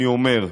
אני אומר: